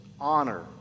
honor